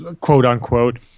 quote-unquote